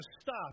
stop